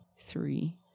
three